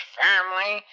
family